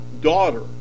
daughter